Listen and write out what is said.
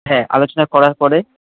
হ্যাঁ আলোচনা করার পরে